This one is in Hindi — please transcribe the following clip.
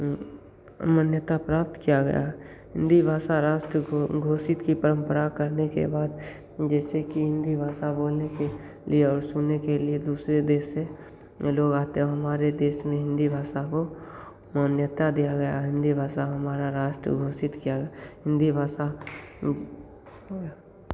मान्यता प्राप्त किया गया है हिंदी भाषा राष्ट्र घो घोषित की परम्परा करने के बाद जैसे कि हिंदी भाषा बोलने के लिए और सुनने के लिए दूसरे देश से लोग आते हैं हमारे देश में हिंदी भाषा को मान्यता दिया गया है हिंदी भाषा हमारा राष्ट्र घोषित किया गा हिंदी भाषा हो गया